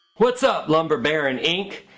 what's up lumber baron inc.